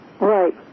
Right